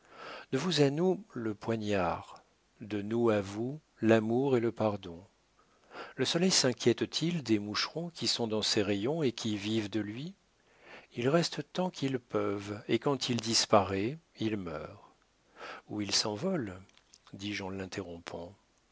de vous à nous le poignard de nous à vous l'amour et le pardon le soleil sinquiète t il des moucherons qui sont dans ses rayons et qui vivent de lui ils restent tant qu'ils peuvent et quand il disparaît ils meurent ou ils s'envolent dis-je en l'interrompant